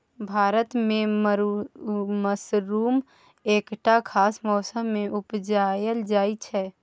भारत मे मसरुम एकटा खास मौसमे मे उपजाएल जाइ छै